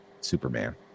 Superman